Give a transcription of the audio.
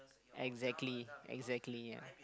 exactly exactly ya